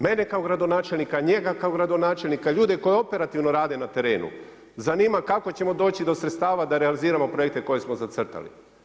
Mene kao gradonačelnika, njega kao gradonačelnika, ljude koji operativno rade na terenu zanima kako ćemo doći do sredstava da realiziramo projekte koje smo zacrtali.